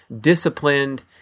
disciplined